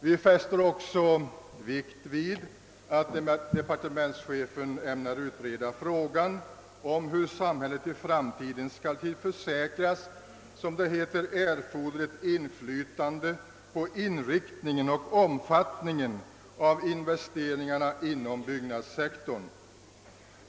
Vi fäster också vikt vid att departementschefen ämnar utreda frågan om hur samhället i framtiden skall tillförsäkras, som det heter, »erforderligt inflytande på inriktningen och omfattningen av investeringarna inom byggnadssektorn».